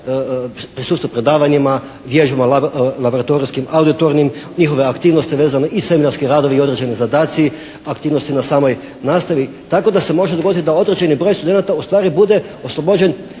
prisustva predavanjima, vježbama laboratorijskim, … /Govornik se ne razumije./ … njihove aktivnosti vezane, i seminarski radovi i određeni zadaci aktivnosti na samoj nastavi. Tako da se može dogoditi da određeni broj studenata ustvari bude oslobođen